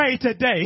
today